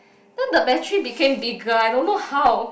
then the battery became bigger I don't know how